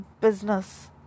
business